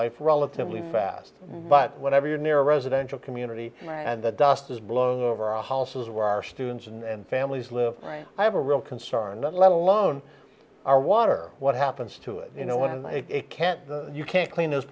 life relatively fast but whenever you're near a residential community and i and the dust has blown over our houses where our students and families live right i have a real concern that let alone our water what happens to it you know what it can't you can't clean